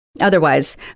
otherwise